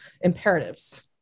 imperatives